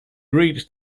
reached